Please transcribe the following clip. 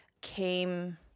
came